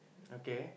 okay